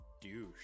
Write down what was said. douche